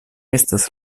estas